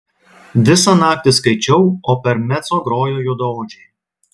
visą naktį skaičiau o per mezzo grojo juodaodžiai